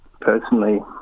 personally